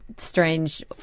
Strange